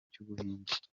cy’ubuhinde